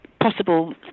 possible